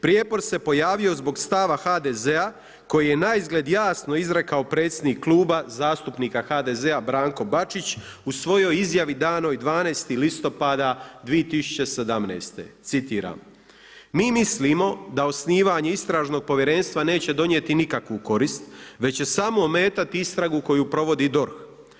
Prijepor se pojavio zbog stava HDZ-a koji je naizgled jasno izrekao predsjednik Kluba zastupnika HDZ-a Branko Bačić u svojoj izjavi danoj 12. listopada 2017., citiram: „Mi mislimo da osnivanje istražnog povjerenstva neće donijeti nikakvu korist, već će samo ometati istragu koju provodi DORH.